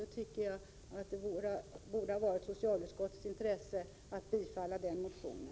Jag tycker att det borde ha varit i socialutskottets intresse att tillstyrka vår motion.